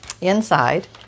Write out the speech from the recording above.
inside